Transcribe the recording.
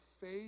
faith